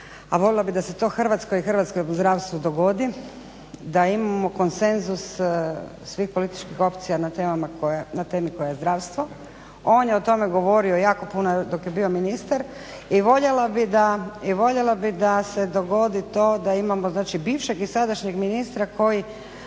a voljela bih da se to Hrvatskoj i hrvatskom zdravstvu dogodi, da imamo konsenzus svih političkih opcija na temi koja je zdravstvo. On je o tome govorio jako puno dok je bio ministar i voljela bih da se dogodi to da imamo bivšeg i sadašnjeg ministra koji